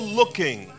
looking